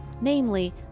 namely